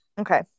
Okay